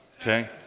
Okay